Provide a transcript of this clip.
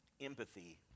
Empathy